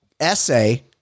essay